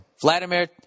Vladimir